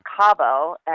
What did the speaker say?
Cabo